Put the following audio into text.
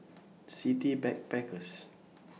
City Backpackers